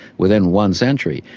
within one century.